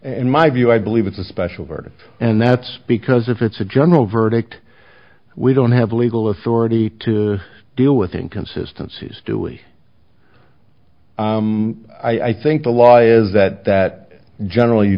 in my view i believe it's a special verdict and that's because if it's a general verdict we don't have the legal authority to deal with inconsistencies do we i think the law is that that generally